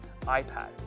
iPad